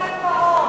תן להם בראש.